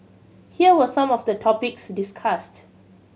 here were some of the topics discussed